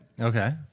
Okay